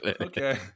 okay